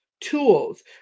tools